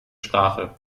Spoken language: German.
sprache